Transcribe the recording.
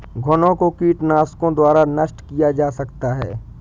घुनो को कीटनाशकों द्वारा नष्ट किया जा सकता है